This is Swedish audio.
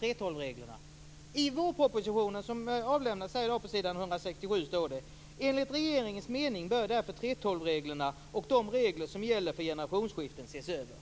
På s. 167 i vårpropositionen, som avlämnats här i dag, står det: "Enligt regeringens mening bör därför 3:12-reglerna och de regler som gäller för generationsskiften ses över."